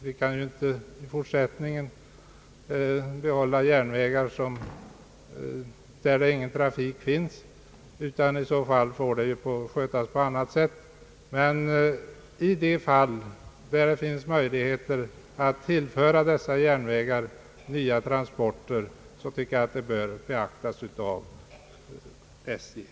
Vi kan inte behålla järnvägar, där inget trafikunderlag finns, men där det finns möjligheter att tilllföra järnvägarna nya transporter, bör detta också beaktas av SJ.